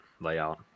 layout